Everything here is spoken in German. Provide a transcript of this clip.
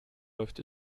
läuft